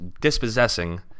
dispossessing